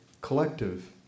collective